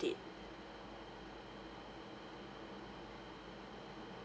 date